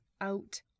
out